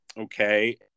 okay